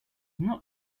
not